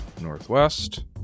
northwest